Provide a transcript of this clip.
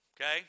okay